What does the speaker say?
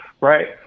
right